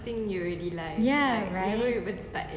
ya right